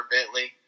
Bentley